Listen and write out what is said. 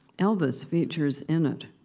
elvis features in it.